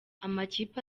amakipe